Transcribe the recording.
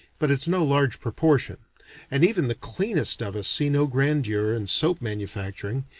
but it's no large proportion and even the cleanest of us see no grandeur in soap-manufacturing,